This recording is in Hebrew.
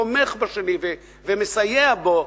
תומך בשני ומסייע לו,